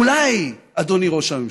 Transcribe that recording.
אולי, אדוני ראש הממשלה,